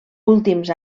últims